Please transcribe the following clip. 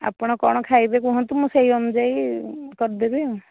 ଆପଣ କ'ଣ ଖାଇବେ କୁହନ୍ତୁ ମୁଁ ସେହି ଅନୁଯାୟୀ କରିଦେବି ଆଉ